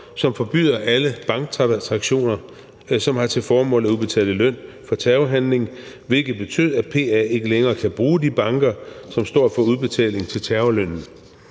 som forbyder alle banktransaktioner, som har til formål at udbetale løn for terrorhandlinger, hvilket betyder, at PA ikke længere kan bruge de banker, som står for udbetaling af terrorlønnen.